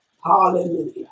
Hallelujah